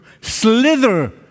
slither